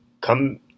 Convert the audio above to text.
come